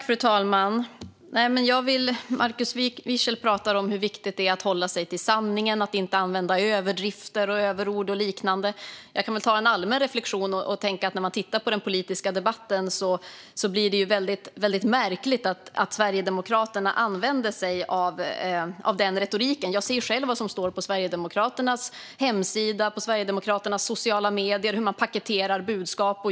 Fru talman! Markus Wiechel pratar om hur viktigt det är att hålla sig till sanningen, att inte använda överdrifter och överord och liknande. Jag kan väl göra en allmän reflektion och tänka att för den som tittar på den politiska debatten blir det väldigt märkligt att Sverigedemokraterna använder sig av den retoriken. Jag ser ju själv vad som står på Sverigedemokraternas hemsida och i Sverigedemokraternas sociala medier och hur man paketerar budskap.